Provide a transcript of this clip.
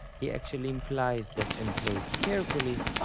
he actually implies that employed carefully,